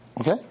Okay